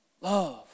Love